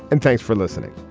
and thanks for listening